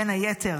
בין היתר,